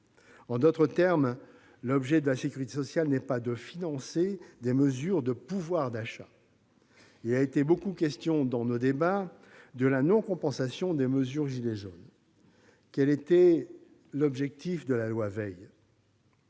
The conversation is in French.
En d'autres termes, l'objet de la sécurité sociale n'est pas de financer des mesures de pouvoir d'achat. Il a beaucoup été question dans nos débats de la non-compensation des mesures « gilets jaunes ». L'objectif de la loi Veil,